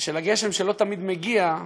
ומהגשם שלא תמיד מגיע,